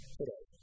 today